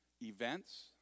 events